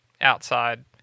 outside